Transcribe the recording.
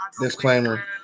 disclaimer